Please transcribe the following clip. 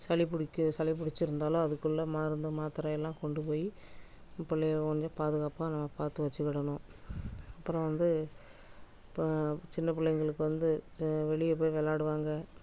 சளி பிடிக்க சளி பிடிச்சிருந்தாலும் அதுக்குள்ள மருந்து மாத்திரை எல்லாம் கொண்டு போய் பிள்ளைய கொஞ்சம் பாதுகாப்பாக நம்ம பார்த்து வச்சிக்கிடணும் அப்புறம் வந்து இப்போ சின்ன பிள்ளைங்களுக்கு வந்து ஜ வெளியே போய் விளாடுவாங்க